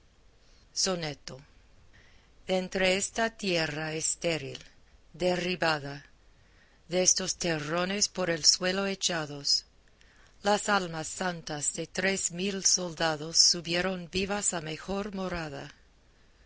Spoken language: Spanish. soneto de entre esta tierra estéril derribada destos terrones por el suelo echados las almas santas de tres mil soldados subieron vivas a mejor morada